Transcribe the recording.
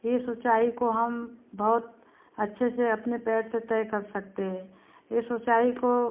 इस ऊचाई को हम बहुत अच्छे से अपने पैर से तय कर सकते है इस ऊचाई को